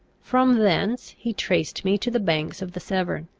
from thence he traced me to the banks of the severn,